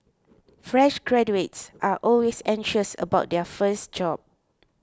fresh graduates are always anxious about their first job